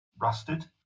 rusted